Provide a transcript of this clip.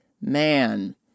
man